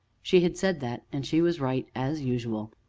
she had said that, and she was right as usual.